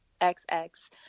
xx